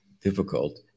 difficult